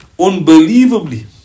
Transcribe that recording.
Unbelievably